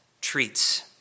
treats